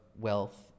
wealth